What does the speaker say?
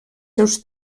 seus